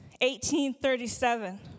18.37